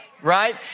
right